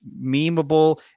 memeable